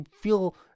feel